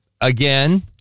again